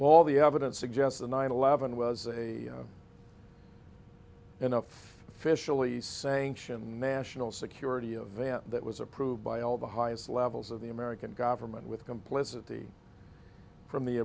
the evidence suggests the nine eleven was a enough fishel least sanctioned national security event that was approved by all the highest levels of the american government with complicity from the